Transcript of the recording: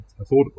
affordable